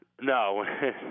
No